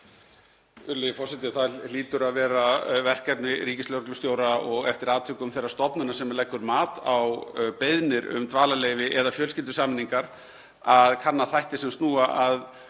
Það hlýtur að vera verkefni ríkislögreglustjóra og eftir atvikum þeirrar stofnunar sem leggur mat á beiðnir um dvalarleyfi eða fjölskyldusameiningar að kanna þætti sem snúa að